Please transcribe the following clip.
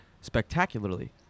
spectacularly